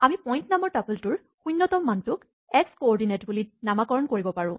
আমি পইন্ট নামৰ টাপলটোৰ শূণ্যতম মানটোক এক্স ক'অৰদিনেট বুলি নামাকৰণ কৰিব পাৰোঁ